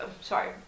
sorry